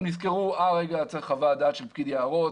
הם נזכרו שצריך חוות דעת של פקיד היערות.